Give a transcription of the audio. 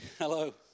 Hello